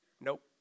Nope